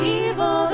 evil